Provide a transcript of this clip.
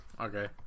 Okay